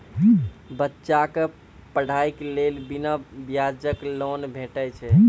बच्चाक पढ़ाईक लेल बिना ब्याजक लोन भेटै छै?